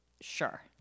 Sure